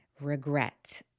Regret